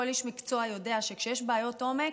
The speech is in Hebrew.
כל איש מקצוע יודע שכשיש בעיות עומק,